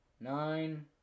nine